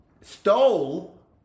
stole